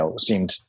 seemed